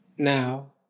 now